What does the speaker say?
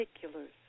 particulars